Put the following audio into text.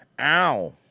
Ow